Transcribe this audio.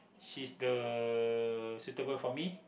she's the suitable for me